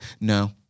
No